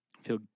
Feel